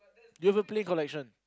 you have a play collection